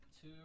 two